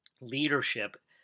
leadership